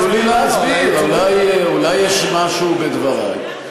תנו לי להסביר, אולי יש משהו בדברי.